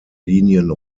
linien